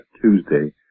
Tuesday